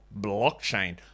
blockchain